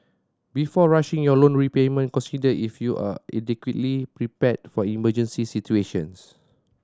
before rushing your loan repayment consider if you are adequately prepared for emergency situations